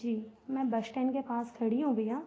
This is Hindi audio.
जी मैं बश टैंड के पास खड़ी हूँ भैया